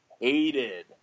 hated